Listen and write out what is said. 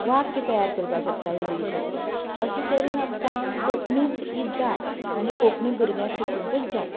वाक्य तयार करपाक शकता इंग्लिशाचे अशें तरेन आमकां कोंकणीच ही जाय आनी कोंकणी भुरग्यांनी शिकूंकच जाय